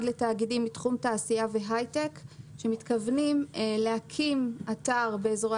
לתאגידים מתחום תעשייה והייטק שמתכוונים להקים אתר באזורי